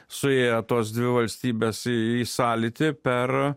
suėję tos dvi valstybės į sąlytį per